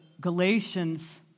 Galatians